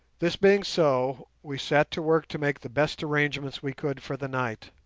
this being so, we set to work to make the best arrangements we could for the night.